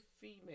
female